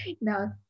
no